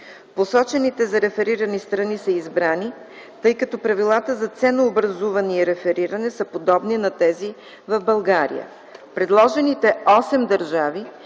Посочените за рефериране страни са избрани, тъй като правилата за ценообразуване и рефериране са подобни на тези в България. Предложените осем държави